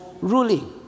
ruling